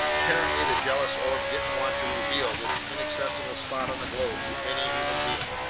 apparently the jealous orb didn't want to reveal this inaccessible spot on the globe to any human being.